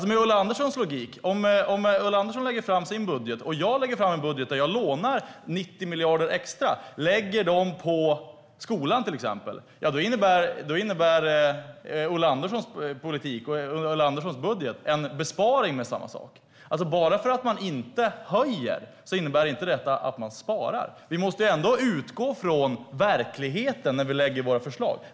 Om Ulla Andersson lägger fram en budget och jag lägger fram en budget där jag lånar 90 miljarder extra och lägger dem på till exempel skolan innebär Ulla Anderssons budget med Ulla Anderssons logik en besparing med samma summa. Bara för att man inte höjer innebär det inte att man sparar. Vi måste utgå från verkligheten när vi lägger fram våra förslag.